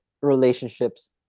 relationships